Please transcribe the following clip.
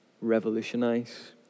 revolutionize